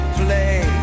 play